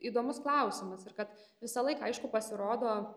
įdomus klausimas ir kad visą laiką aišku pasirodo